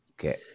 Okay